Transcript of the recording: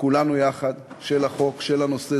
כולנו יחד, של החוק, של הנושא.